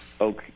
okay